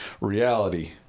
Reality